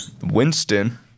Winston